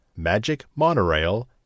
magicmonorail